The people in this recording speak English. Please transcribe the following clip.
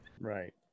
Right